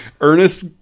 Ernest